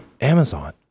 amazon